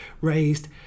raised